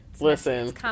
Listen